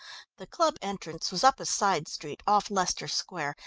the club entrance was up a side street off leicester square,